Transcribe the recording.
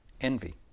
Envy